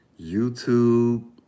YouTube